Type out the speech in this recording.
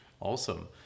Awesome